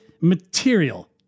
material